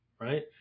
right